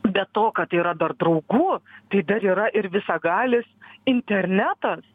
be to kad yra dar draugų tai dar yra ir visagalis internetas